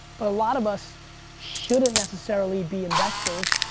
but a lot of us shouldn't necessarily be investors.